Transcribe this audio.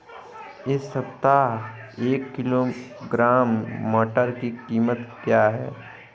इस सप्ताह एक किलोग्राम मटर की कीमत क्या है?